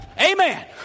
amen